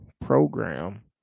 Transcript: program